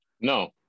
no